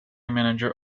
manager